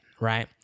right